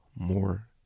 more